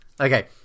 okay